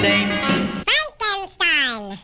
Frankenstein